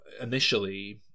initially